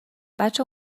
بچه